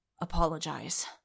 Apologize